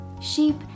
Sheep